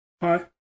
Hi